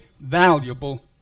valuable